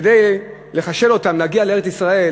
כדי לחשל אותם להגיע לארץ-ישראל,